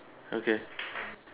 okay